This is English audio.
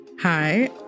Hi